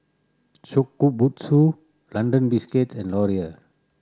Shokubutsu London Biscuits and Laurier